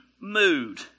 mood